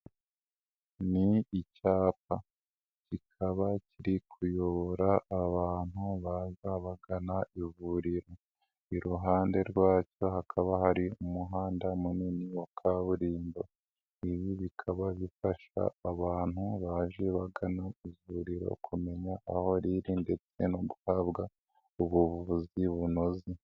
Ni icyapa, kikaba kiri kuyobora abantu bazabagana ivuriro, iruhande rwacyo hakaba hari umuhanda munini wa kaburimbo, ibi bikaba bifasha abantu baje bagana ivuriro kumenya aho riri, ndetse no guhabwa ubuvuzi bunoze.